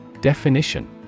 Definition